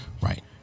Right